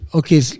okay